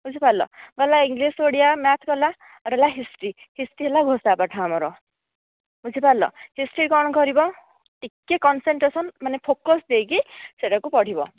ବୁଝିପାରିଲ ଗଲା English Odia math ସରିଲା ଆଉ ରହିଲା ହିଷ୍ଟ୍ରୀ ହିଷ୍ଟ୍ରୀ ହେଲା ଘୋଷା ପାଠ ଆମର ବୁଝିପାରିଲ ହିଷ୍ଟ୍ରୀ କ'ଣ କରିବ ଟିକେ କନସେନଟ୍ରେସନ ମାନେ ଫୋକସ ଦେଇକି ସେହିଟାକୁ ପଢ଼ିବ